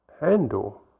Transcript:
handle